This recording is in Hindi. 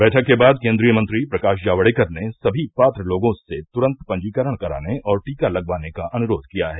बैठक के बाद केंद्रीय मंत्री प्रकाश जावड़ेकर ने सभी पात्र लोगों से तुरंत पंजीकरण कराने और टीका लगवाने का अनुरोध किया है